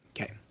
Okay